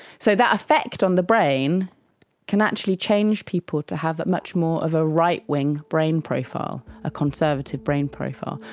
so that effect on the brain can actually change people to have a much more of a right-wing brain profile, a conservative brain profile.